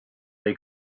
they